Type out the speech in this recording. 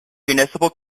municipal